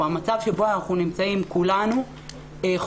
או המצב שבו אנחנו נמצאים כולנו חושף